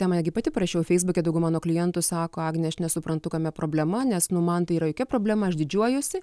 temą gi pati parašiau feisbuke dauguma mano klientų sako agnė aš nesuprantu kame problema nes nu man tai yra jokia problema aš didžiuojuosi